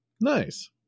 Nice